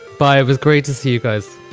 bye with. great to see you guys.